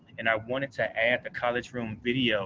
and i wanted to add the college room video